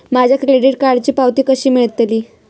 माझ्या क्रेडीट कार्डची पावती कशी मिळतली?